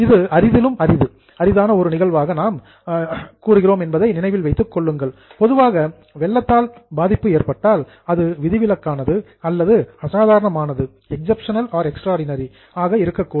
இது அரிதிலும் rare case அரிதான ஒரு நிகழ்வு என்பதை நினைவில் வைத்துக் கொள்ளுங்கள் பொதுவாக வெள்ளத்தால் பாதிப்பு ஏற்பட்டால் அது எக்சப்ஷனல் விதிவிலக்கானது அல்லது எக்ஸ்ட்ராடினரி அசாதாரணமானது ஆக இருக்கக் கூடும்